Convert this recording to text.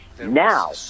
Now